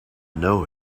know